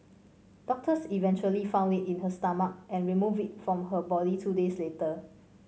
doctors eventually found it in her stomach and removed it from her body two days later